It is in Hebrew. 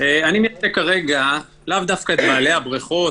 תפתחו את הבריכות.